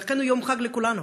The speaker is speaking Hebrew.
ואכן הוא יום חג לכולנו,